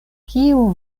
kiu